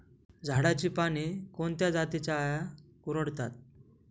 झाडाची पाने कोणत्या जातीच्या अळ्या कुरडतात?